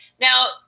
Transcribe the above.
Now